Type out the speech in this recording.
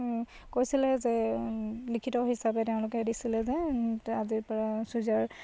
কৈছিলে যে লিখিত হিচাপে তেওঁলোকে দিছিলে যে আজিৰপৰা চুৰিজাৰ